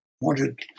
wanted